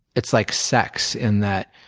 it's like sex in that